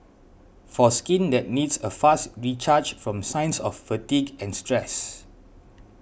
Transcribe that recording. for skin that needs a fast recharge from signs of fatigue and stress